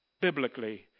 biblically